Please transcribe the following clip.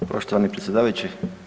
Poštovani predsjedavajući.